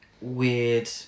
weird